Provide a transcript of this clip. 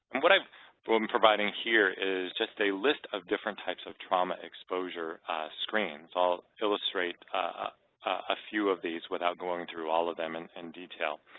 what i am providing here is just a list of different types of trauma exposure screens. i'll illustrate a few of these without going through all of them and in detail.